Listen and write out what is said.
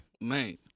man